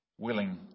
willing